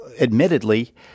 admittedly